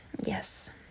Yes